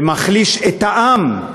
ומחליש את העם.